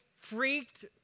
freaked